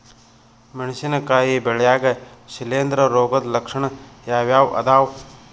ಮೆಣಸಿನಕಾಯಿ ಬೆಳ್ಯಾಗ್ ಶಿಲೇಂಧ್ರ ರೋಗದ ಲಕ್ಷಣ ಯಾವ್ಯಾವ್ ಅದಾವ್?